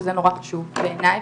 שזה נורא חשוב בעיניי,